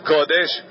Kodesh